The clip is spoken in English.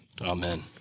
Amen